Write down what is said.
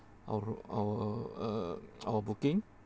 our our uh our booking